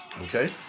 Okay